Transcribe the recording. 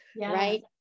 Right